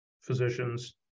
physicians